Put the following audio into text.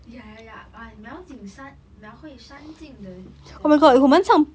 ya ya ya 描景山描绘山境的的的什么 the women's on friday night 可以 reinhard you right